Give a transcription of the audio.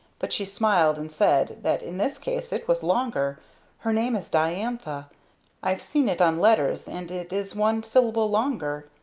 but she smiled and said that in this case it was longer her name is diantha i've seen it on letters. and it is one syllable longer.